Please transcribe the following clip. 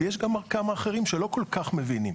ויש גם כמה אחרים שלא כל כך מבינים.